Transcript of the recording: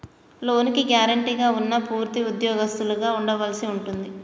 లోనుకి గ్యారెంటీగా ఉన్నా పూర్తి ఉద్యోగస్తులుగా ఉండవలసి ఉంటుంది